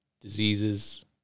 diseases